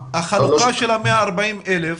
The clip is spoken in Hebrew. החלוקה של ה-140,000